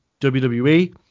WWE